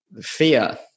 fear